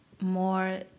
more